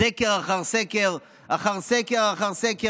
סקר אחר סקר אחר סקר אחר סקר,